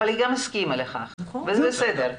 אבל היא גם הסכימה לכך, וזה בסדר.